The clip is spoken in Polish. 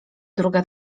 druga